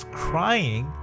crying